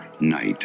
Night